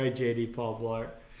ah dirty but sailor